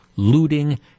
looting